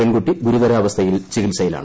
പെൺകുട്ടി ഗുരുതരാവസ്ഥയിൽ ചികിത്സയിലാണ്